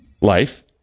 life